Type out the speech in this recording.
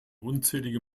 unzählige